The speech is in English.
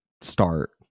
start